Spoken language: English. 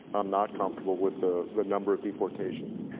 i'm not comfortable with the the number of deportations.